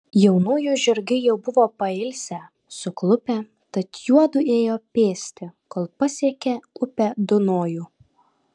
jaunųjų žirgai jau buvo pailsę suklupę tad juodu ėjo pėsti kol pasiekė upę dunojų